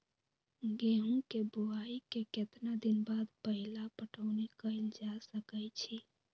गेंहू के बोआई के केतना दिन बाद पहिला पटौनी कैल जा सकैछि?